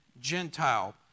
Gentile